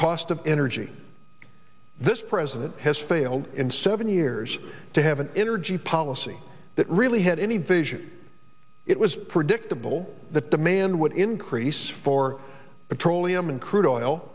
cost of energy this president has failed in seven years to have an energy policy that really had any vision it was predictable that demand would increase for petroleum and crude o